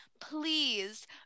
please